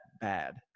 bad